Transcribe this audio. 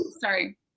Sorry